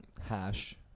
Hash